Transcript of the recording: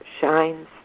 shines